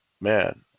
man